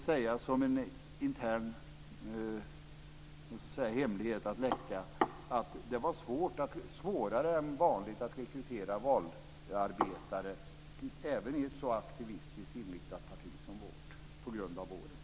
Som en intern hemlighet kan jag läcka att det var svårt, svårare än vanligt, att rekrytera valarbetare även i ett så aktivistiskt inriktat parti som vårt på grund av våren.